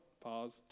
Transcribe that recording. Pause